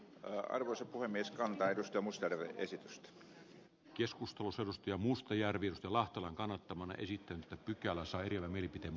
arvoisa puhemies on lähetystö muster esitystä keskustelussa ja mustajärvi lahtelan kannattamana esitti että pykälä saikin mielipiteen